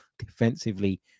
defensively